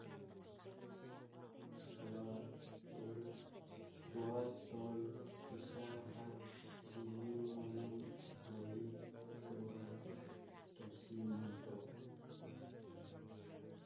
Tua tol- tua, tol, pisa, hats, ilim, monom, mohit, towal, tosi, malto